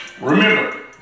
Remember